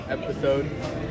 episode